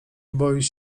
boisz